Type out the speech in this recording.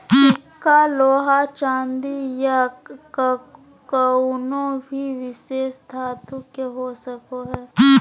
सिक्का लोहा चांदी या कउनो भी विशेष धातु के हो सको हय